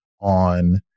on